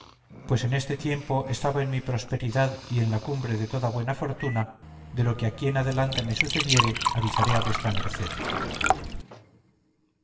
pues en este tiempo estaba en mi prosperidad y en la cumbre de toda buena fortuna de lo que de aquí adelante me sucediere avisaré a vuestra merced